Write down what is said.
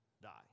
Die